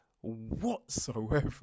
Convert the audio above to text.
whatsoever